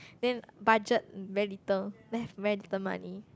then budget very little left very little money